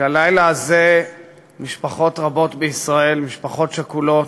הלילה הזה משפחות רבות בישראל, משפחות שכולות,